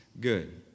good